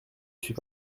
suis